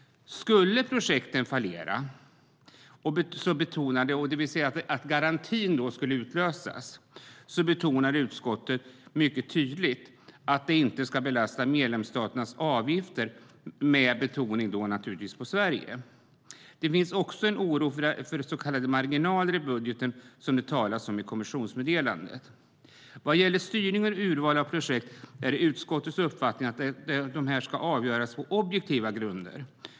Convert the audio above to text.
Skulle ett projekt fallera och garantin utlösas betonar utskottet mycket tydligt att det inte ska belasta medlemsstaternas avgifter, med betoning på Sverige. Det finns också en oro för så kallade marginaler i budgeten, som det talas om i kommissionsmeddelandet. Vad gäller styrning och urval av projekt är det utskottets uppfattning att detta ska avgöras på objektiva grunder.